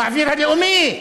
המעביר הלאומי.